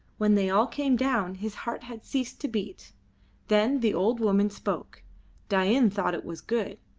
when they all came down his heart had ceased to beat then the old woman spoke dain thought it was good.